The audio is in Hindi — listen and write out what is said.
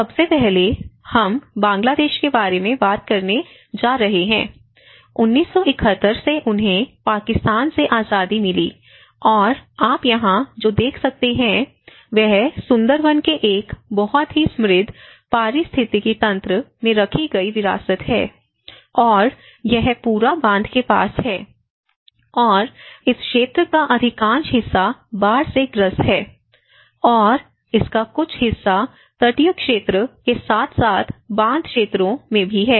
सबसे पहले हम बांग्लादेश के बारे में बात करने जा रहे हैं 1971 से उन्हें पाकिस्तान से आजादी मिली और आप यहां जो देख सकते हैं वह सुंदरवन के एक बहुत ही समृद्ध पारिस्थितिकी तंत्र में रखी गई विरासत है और यह पूरा बांध के पास है और इस क्षेत्र का अधिकांश हिस्सा बाढ़ से ग्रस्त है और इसका कुछ हिस्सा तटीय क्षेत्र के साथ साथ बांध क्षेत्रों में भी है